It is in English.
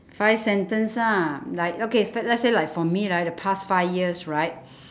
five sentence ah like okay f~ let's say for me right the past five years right